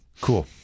Cool